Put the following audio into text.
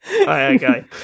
okay